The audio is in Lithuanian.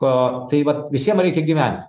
o tai vat visiem reikia gyventi